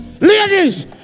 Ladies